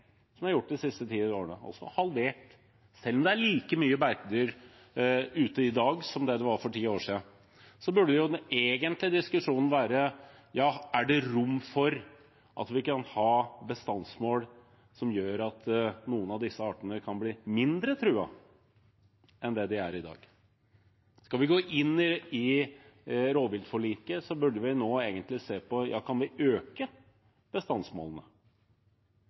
som det har gjort de siste ti årene – det er halvert, selv om det er like mye beitedyr ute i dag som det var for ti år siden – burde den egentlige diskusjonen være om det er rom for at vi kan ha bestandsmål som gjør at noen av disse artene kan bli mindre truet enn de er i dag. Skal vi gå inn i rovviltforliket, burde vi nå egentlig se på om vi kan øke bestandsmålene.